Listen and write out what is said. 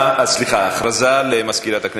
האם הפרוטוקול, יופי.